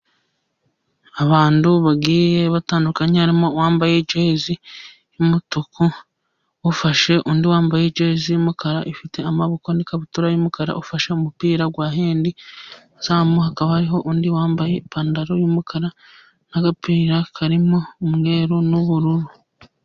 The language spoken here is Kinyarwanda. Abantu bagiye batandukanye barimo uwambaye ijezi y'umutuku, ufashe undi wambaye ijezi y'umukara ifite amaboko n'ikabutura y'umukara, ufashe umupira wa hendi, mu izamu hakaba hariho undi wambaye ipantaro y'umukara n'agapira karimo umweru n'ubururu.